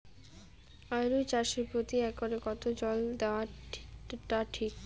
আলু চাষে প্রতি একরে কতো জল দেওয়া টা ঠিক?